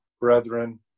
brethren